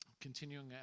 continuing